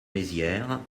maizière